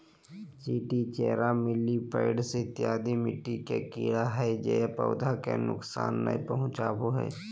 चींटी, चेरा, मिलिपैड्स इत्यादि मिट्टी के कीड़ा हय जे पौधा के नुकसान नय पहुंचाबो हय